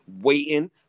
waiting